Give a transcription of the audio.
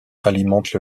alimente